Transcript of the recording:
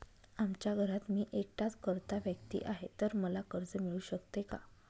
आमच्या घरात मी एकटाच कर्ता व्यक्ती आहे, तर मला कर्ज मिळू शकते का?